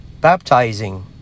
baptizing